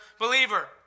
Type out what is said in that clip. believer